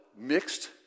mixed